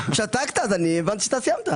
ערן, אני אגיד לך עוד דבר.